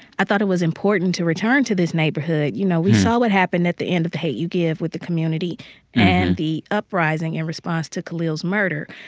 i thought it was important to return to this neighborhood you know, we saw what happened at the end of the hate u give with the community and the uprising in response to khalil's murder.